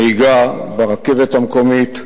הנהיגה ברכבת המקומית,